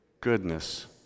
goodness